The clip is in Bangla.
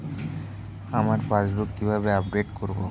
আমার পাসবুক কিভাবে আপডেট করবো?